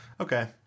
Okay